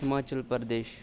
Himachal Pradesh